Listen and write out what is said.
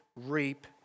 reap